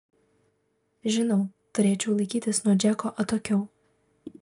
žinau turėčiau laikytis nuo džeko atokiau